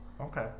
Okay